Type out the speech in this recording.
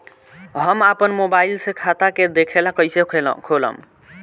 हम आपन मोबाइल से खाता के देखेला कइसे खोलम?